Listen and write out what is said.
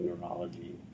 neurology